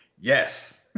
yes